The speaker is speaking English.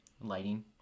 lighting